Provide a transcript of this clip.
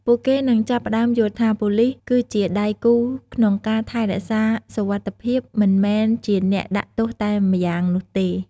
ពួកគេនឹងចាប់ផ្តើមយល់ថា ប៉ូលិសគឺជាដៃគូក្នុងការថែរក្សាសុវត្ថិភាព មិនមែនជាអ្នកដាក់ទោសតែម្យ៉ាងនោះទេ។